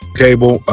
cable